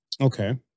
Okay